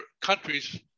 countries